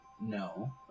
No